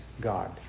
God